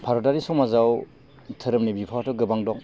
भारतारि समाजाव धोरोमनि बिफावाथ' गोबां दं